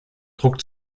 druck